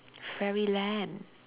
fairy land